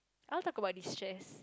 I want to talk about destress